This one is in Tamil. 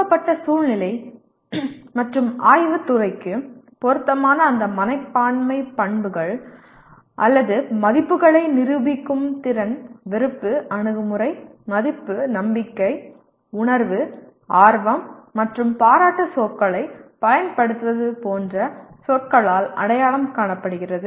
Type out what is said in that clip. கொடுக்கப்பட்ட சூழ்நிலை மற்றும் ஆய்வுத் துறைக்கு பொருத்தமான அந்த மனப்பான்மை பண்புகள் அல்லது மதிப்புகளை நிரூபிக்கும் திறன் வெறுப்பு அணுகுமுறை மதிப்பு நம்பிக்கை உணர்வு ஆர்வம் மற்றும் பாராட்டு சொற்களைப் பயன்படுத்துவது போன்ற சொற்களால் அடையாளம் காணப்படுகிறது